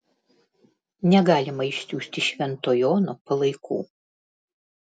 negalima išsiųsti švento jono palaikų